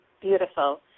beautiful